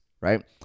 Right